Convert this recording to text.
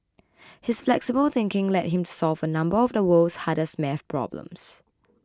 his flexible thinking led him to solve a number of the world's hardest math problems